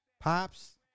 pops